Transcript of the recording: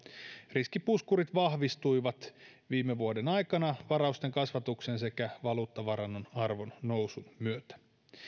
riskipuskurit vahvistuivat viime vuoden aikana varausten kasvatuksen sekä valuuttavarannon arvon nousun myötä